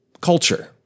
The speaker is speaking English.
culture